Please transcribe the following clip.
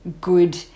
good